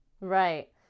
Right